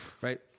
right